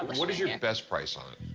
but what is your best price on it?